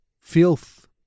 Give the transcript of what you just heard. filth